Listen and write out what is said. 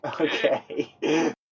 Okay